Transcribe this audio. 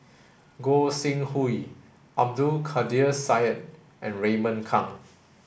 Gog Sing Hooi Abdul Kadir Syed and Raymond Kang